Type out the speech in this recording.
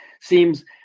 seems